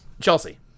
Chelsea